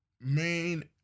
main